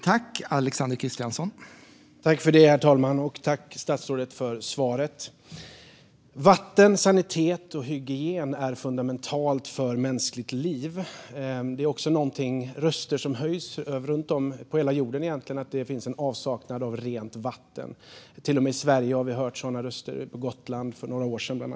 Herr talman! Jag tackar statsrådet för svaret. Vatten, sanitet och hygien är fundamentalt för mänskligt liv. Nu höjs också röster runt om över hela jorden om att det finns en avsaknad av rent vatten. Till och med i Sverige har vi hört sådana röster, bland annat på Gotland för några år sedan.